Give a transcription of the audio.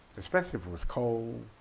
especially if it was cold,